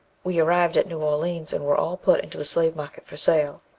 we arrived at new orleans, and were all put into the slave-market for sale.